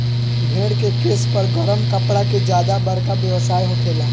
भेड़ के केश पर गरम कपड़ा के ज्यादे बरका व्यवसाय होखेला